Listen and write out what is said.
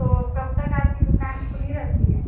तो कब तक आपकी दुकान खुली रहती है